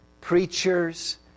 preachers